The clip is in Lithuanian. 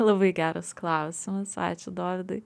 labai geras klausimas ačiū dovydai